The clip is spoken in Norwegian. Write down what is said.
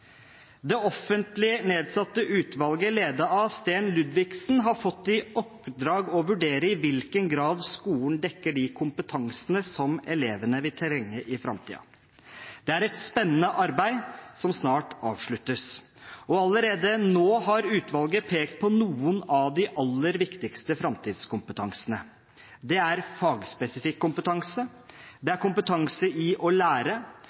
Det offentlig nedsatte utvalget ledet av Sten Ludvigsen har fått i oppdrag å vurdere i hvilken grad skolen dekker de kompetansene som elevene vil trenge i framtiden. Det er et spennende arbeid som snart avsluttes. Allerede nå har utvalget pekt på noen av de aller viktigste framtidskompetansene. Det er fagspesifikk kompetanse, kompetanse i å lære, kompetanse i å